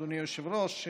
אדוני היושב-ראש,